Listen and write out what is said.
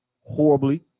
horribly